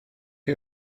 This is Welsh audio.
chi